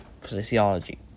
physiology